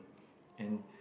and